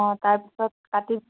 অঁ তাৰপিছত কাটি